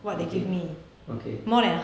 okay okay